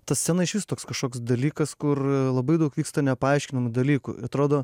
ta scena išvis toks kažkoks dalykas kur labai daug vyksta nepaaiškinamų dalykų atrodo